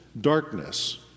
darkness